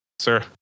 sir